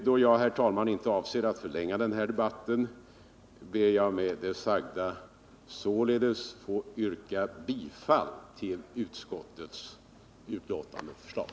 Då jag, herr talman, inte avser att förlänga denna debatt ber jag att med det sagda få yrka bifall till utskottets förslag.